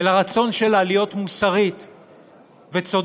ולרצון שלה להיות מוסרית וצודקת.